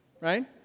Right